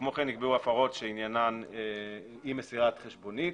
כמו כן נקבעו הפרות שעניינן אי מסירת חשבונית